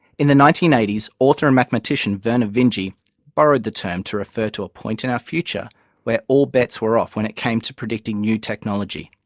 in the nineteen eighty s author and mathematician vernor vinge borrowed the term to refer to a point in our future where all bets were off when it came to predicting new technology.